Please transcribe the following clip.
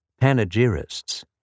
panegyrists